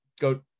go